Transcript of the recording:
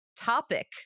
topic